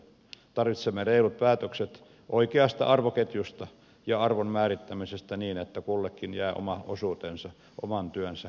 tarvitsemme reilut päätökset oikeasta arvoketjusta ja arvon määrittämisestä niin että kullekin jää oma osuutensa oman työnsä mukaan